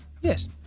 Yes